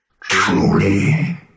Truly